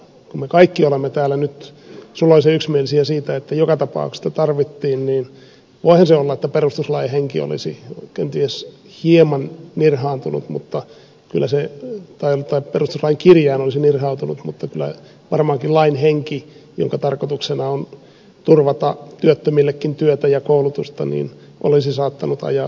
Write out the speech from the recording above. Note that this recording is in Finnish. kun me kaikki olemme täällä nyt suloisen yksimielisiä siitä että joka tapauksessa sitä tarvittiin niin voihan se olla että perustuslain kirjain olisi kenties hieman nirhaantunut mutta kyllä se taitaa taru sai kirjallisen irtautunut mutta kyllä varmaankin lain henki jonka tarkoituksena on turvata työttömillekin työtä ja koulutusta olisi saattanut ajaa siitä ohi